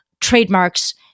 trademarks